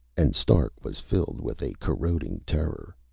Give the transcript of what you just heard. and stark was filled with a corroding terror.